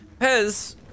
Pez